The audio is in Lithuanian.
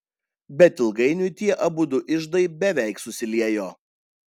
bet ilgainiui tie abudu iždai beveik susiliejo